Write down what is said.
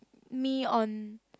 me on